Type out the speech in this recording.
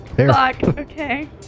okay